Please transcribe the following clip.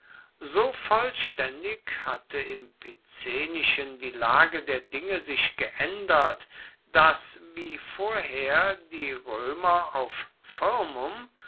so vollständig hatte im picenischen die lage der dinge sich geändert daß wie vorher die römer auf firmum